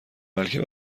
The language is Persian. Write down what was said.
بلکه